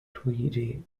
tweedy